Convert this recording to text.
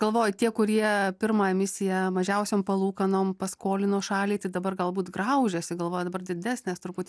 galvoju tie kurie pirmą emisiją mažiausiom palūkanom paskolino šaliai tai dabar galbūt graužiasi galvoja dabar didesnės truputį